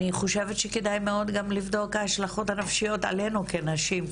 אני חושבת שכדאי מאוד גם לבדוק את ההשלכות הנפשיות עלינו כנשים,